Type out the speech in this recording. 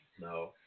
No